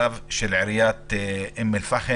צו של עיריית אום אל פאחם.